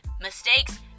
mistakes